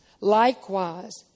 Likewise